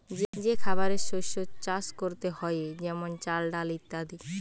যে খাবারের শস্য চাষ করতে হয়ে যেমন চাল, ডাল ইত্যাদি